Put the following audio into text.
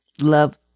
Love